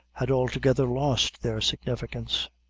had altogether lost their significance.